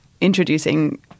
introducing